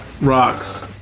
Rocks